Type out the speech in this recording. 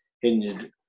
hinged